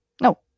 No